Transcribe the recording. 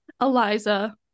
Eliza